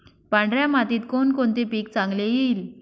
पांढऱ्या मातीत कोणकोणते पीक चांगले येईल?